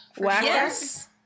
Yes